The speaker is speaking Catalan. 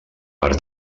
per